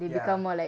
ya